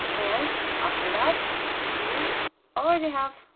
and after that you already have